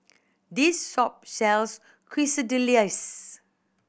this shop sells Quesadillas